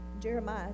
Jeremiah